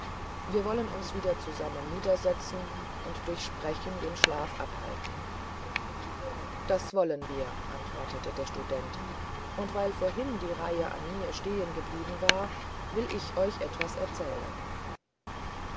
wir wollen uns wieder zusammen niedersetzen und durch sprechen den schlaf abhalten das wollen wir antwortete der student und weil vorhin die reihe an mir stehengeblieben war will ich euch etwas erzählen